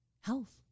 health